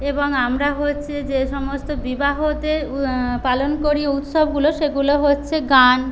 এবং আমরা হচ্ছে যে সমস্ত বিবাহতে পালন করি উৎসবগুলো সেগুলো হচ্ছে গান